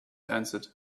answered